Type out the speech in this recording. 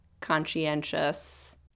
conscientious